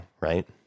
right